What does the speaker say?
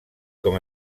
com